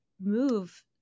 move